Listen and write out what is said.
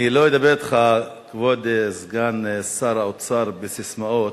אני לא אדבר אתך, כבוד סגן שר החוץ, בססמאות,